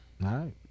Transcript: right